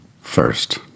first